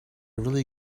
really